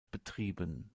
betrieben